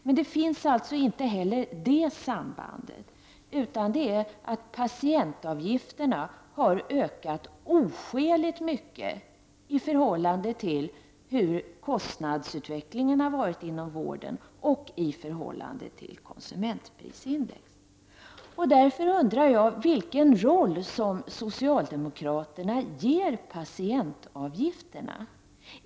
Men det finns alltså inte heller detta samband, utan patientavgifterna har ökat oskäligt mycket i förhållande till kostnadsutvecklingen inom vården och i förhållande till konsumentprisindex. Därför undrar jag vilken roll socialdemokraterna ger patientavgifterna.